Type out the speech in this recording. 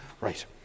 Right